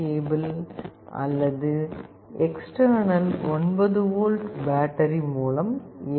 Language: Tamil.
கேபிள் அல்லது எக்ஸ்டெர்னல் 9 வோல்ட் பேட்டரி மூலம் இயக்கப்படலாம்